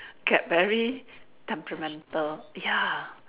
get very temperamental ya